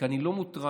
כי אני לא מוטרד,